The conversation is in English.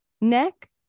neck